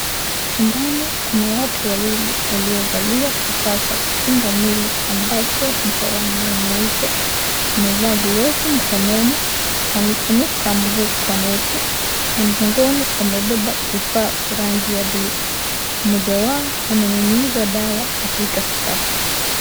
Ndani kuna watu wawili waliovalia kifaa cha kukinga mwili ambacho ni cha rangi ya nyeupe. Amevalia glovu mkononi, amefunika mguu kwa neti. Mgongoni amebeba kifaa cha bluu . Mmoja wao ananyunyiza dawa katika sakafu.